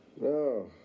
No